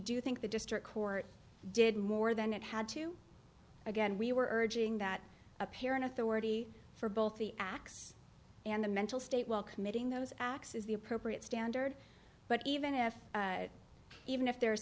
do think the district court did more than it had to again we were urging that appear in authority for both the acts and the mental state while committing those acts is the appropriate standard but even if even if there is